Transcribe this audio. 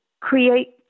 create